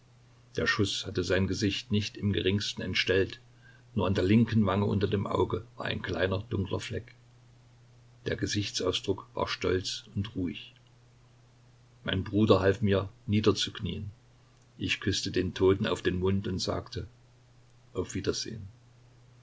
der schuß hatte sein gesicht nicht im geringsten entstellt nur an der linken wange unter dem auge war ein kleiner dunkler fleck der gesichtsausdruck war stolz und ruhig mein bruder half mir niederzuknien ich küßte den toten auf den mund und sagte auf wiedersehen